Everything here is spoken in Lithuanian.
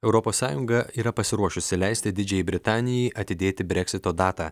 europos sąjunga yra pasiruošusi leisti didžiajai britanijai atidėti breksito datą